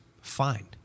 fine